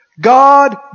God